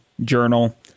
Journal